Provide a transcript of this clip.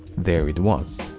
there it was.